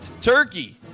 turkey